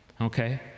Okay